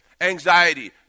Anxiety